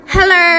Hello